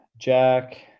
Jack